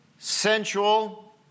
sensual